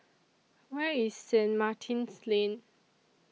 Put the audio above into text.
Where IS Saint Martin's Lane